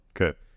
Okay